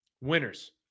winners